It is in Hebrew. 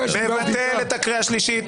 להתייחס